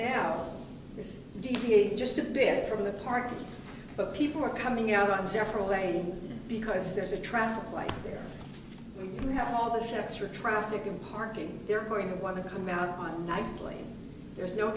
now this deviate just a bit from the park but people are coming out on several days because there's a traffic light there have all this extra traffic and parking they're going to want to come out on i blame there's no